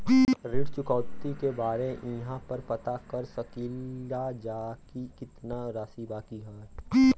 ऋण चुकौती के बारे इहाँ पर पता कर सकीला जा कि कितना राशि बाकी हैं?